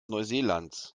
neuseelands